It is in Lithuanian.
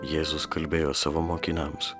jėzus kalbėjo savo mokiniams